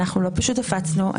אנחנו לא פשוט הפצנו.